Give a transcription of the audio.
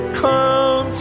come